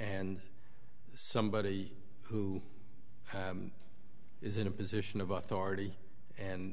and somebody who is in a position of authority and